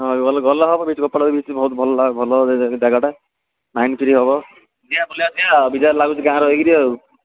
ହଁ ଗଲେ ହବ ଗୋପାଳ ବିଚ୍ ବହୁତ ଭଲ ଭଲ ଜାଗାଟା ମାଇଣ୍ଡ ଫ୍ରି ହେବ ଯିବା ବୁଲି ଆସିବା ଆଉ ବିଜାର ଲାଗୁଚି ଗାଁରେ ରହିକିରି ଆଉ